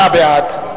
38 בעד,